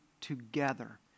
together